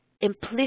Implicit